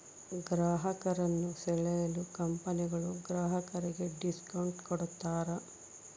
ಗ್ರಾಹಕರನ್ನು ಸೆಳೆಯಲು ಕಂಪನಿಗಳು ಗ್ರಾಹಕರಿಗೆ ಡಿಸ್ಕೌಂಟ್ ಕೂಡತಾರೆ